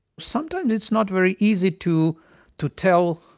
sometimes it's not very easy to to tell,